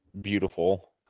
beautiful